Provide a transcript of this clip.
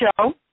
Show